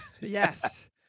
Yes